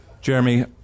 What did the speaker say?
Jeremy